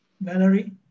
Valerie